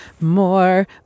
more